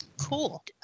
cool